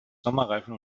sommerreifen